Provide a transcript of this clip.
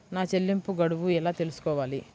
నా చెల్లింపు గడువు ఎలా తెలుసుకోవాలి?